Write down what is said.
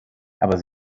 aber